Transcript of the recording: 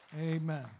Amen